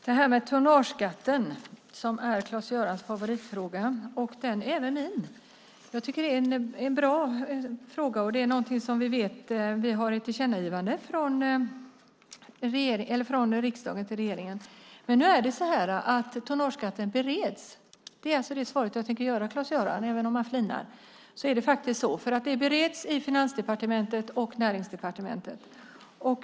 Fru talman! Tonnageskatten är Claes-Görans favoritfråga, och även min. Jag tycker att det är en bra fråga. Vi har ett tillkännagivande från riksdagen till regeringen. Men nu är det så att tonnageskatten bereds. Det är det svar jag tänker ge Claes-Göran Brandin, även om han flinar. Frågan bereds i Finansdepartementet och Näringsdepartementet.